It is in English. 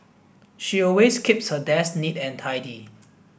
she always keeps her desk neat and tidy